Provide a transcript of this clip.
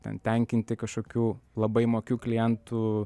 ten tenkinti kažkokių labai mokių klientų